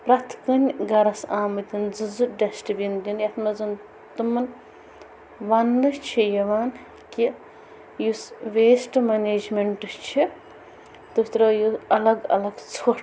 پرٮ۪تھ کُنہِ گَرَس آمٕتۍ زٕ زٕ ڈِسٹہٕ بِن دِنہٕ یَتھ منٛز تِمَن وَنٛنہٕ چھِ یِوان کہِ یُس ویسٹ منیجمنٛٹ چھِ تُہۍ ترٲیِو الگ الگ ژھوٹ